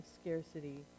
scarcity